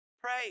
Pray